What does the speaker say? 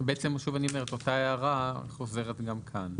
שוב אני אומר את אותה הערה שחוזרת גם כאן.